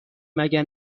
مگه